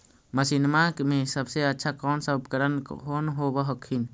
मसिनमा मे सबसे अच्छा कौन सा उपकरण कौन होब हखिन?